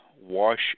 wash